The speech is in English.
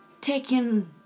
taking